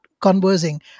conversing